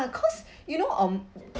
cause you know um